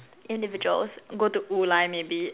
individuals go to Wu Lai maybe